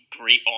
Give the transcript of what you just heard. great